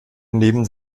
neben